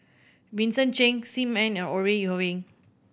Vincent Cheng Sim Ann and Ore Huiying